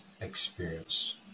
experience